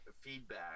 feedback